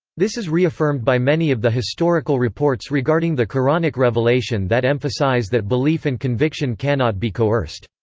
this is reaffirmed by many of the historical reports regarding the qur'anic revelation that emphasize that belief and conviction cannot be coerced.